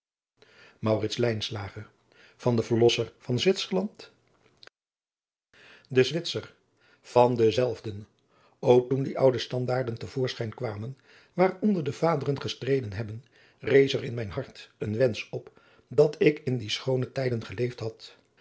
den verlosser van zwitserland de zwitser van denzelfden o toen die oude standaarden te voorschijn kwamen waaronder de vaderen gestreden hebben rees er in mijn hart een wensch op dat ik in die schoone tijden geleefd had